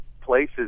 places